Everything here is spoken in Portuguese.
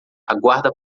aguarda